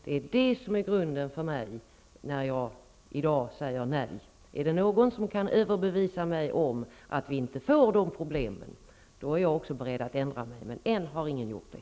Det är grunden till att jag i dag säger nej. Är det någon som kan överbevisa mig om att vi inte får de problemen är jag också beredd att ändra mig, men ännu har ingen gjort det.